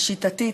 השיטתית,